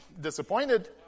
disappointed